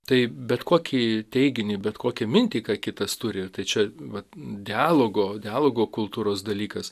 tai bet kokį teiginį bet kokią mintį ką kitas turi tai čia vat dialogo dialogo kultūros dalykas